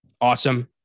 Awesome